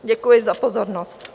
Děkuji za pozornost.